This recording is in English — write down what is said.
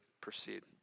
proceed